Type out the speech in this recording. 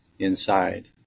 inside